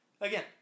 Again